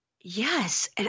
Yes